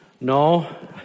No